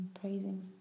praising